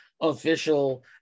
official